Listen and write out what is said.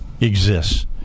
exists